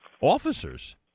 officers